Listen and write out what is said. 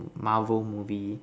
Marvel movie